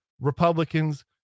Republicans